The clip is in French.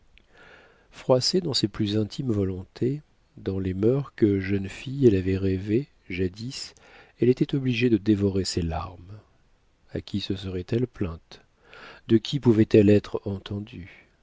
froissée dans ses plus intimes volontés dans les mœurs que jeune fille elle avait rêvées jadis elle était obligée de dévorer ses larmes a qui se serait-elle plainte de qui pouvait-elle être entendue